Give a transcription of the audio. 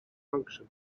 function